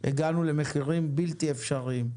הגענו למחירים בלתי אפשריים.